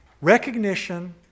recognition